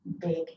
big